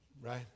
right